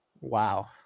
Wow